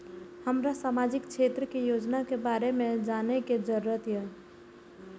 हमरा सामाजिक क्षेत्र के योजना के बारे में जानय के जरुरत ये?